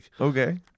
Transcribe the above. Okay